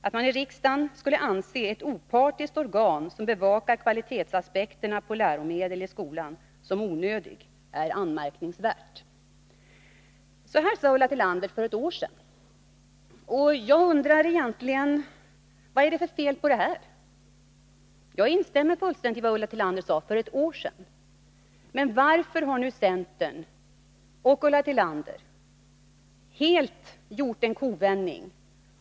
——-- Att man i riksdagen skulle anse ett opartiskt organ som bevakar kvalitetsaspekterna på läromedel i skolan som onödig, är anmärkningsvärt.” Så sade Ulla Tillander för ett år sedan. Jag undrar: Vad är det egentligen för fel på detta? Jag instämmer fullständigt i vad Ulla Tillander sade för ett år sedan. Men varför har centern och Ulla Tillander gjort en kovändning?